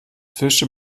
fische